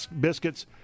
Biscuits